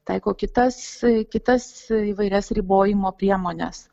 taiko kitas kitas įvairias ribojimo priemones